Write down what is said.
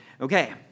Okay